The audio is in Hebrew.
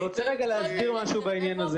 אני רוצה להסביר משהו קטן בעניין הזה,